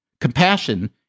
Compassion